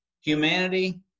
Humanity